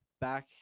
back